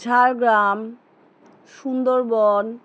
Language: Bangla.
ঝাড়গ্রাম সুন্দরবন